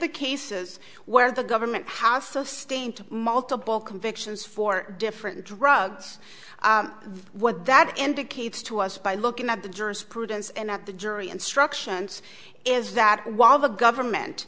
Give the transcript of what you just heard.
the cases where the government has so sustained multiple convictions for different drugs what that indicates to us by looking at the jurisprudence and at the jury instructions is that while the government